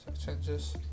Changes